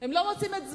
הם לא מוצאים את זמנם,